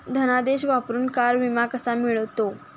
धनादेश वापरून कार विमा कसा मिळतो?